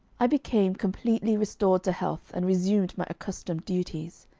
i became completely restored to health and resumed my accustomed duties.